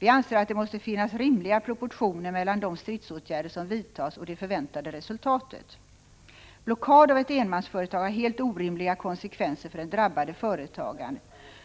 Vi anser att det måste finnas rimliga proportioner mellan de stridsåtgärder som vidtas och det förväntade resultatet. Blockad av ett enmansföretag får helt orimliga konsekvenser för den drabbade företagaren,